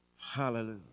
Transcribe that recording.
Hallelujah